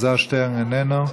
אלעזר שטרן, איננו,